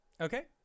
Okay